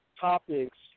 topics